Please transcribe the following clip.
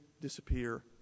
disappear